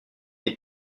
est